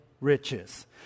riches